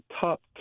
top